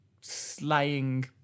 slaying